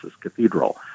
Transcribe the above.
Cathedral